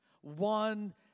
one